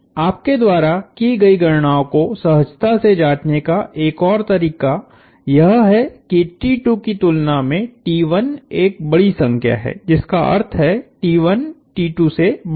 आपके द्वारा की गई गणनाओं को सहजता से जांचने का एक और तरीका यह है कि की तुलना में एक बड़ी संख्या है जिसका अर्थ है से बड़ा है